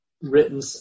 written